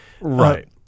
Right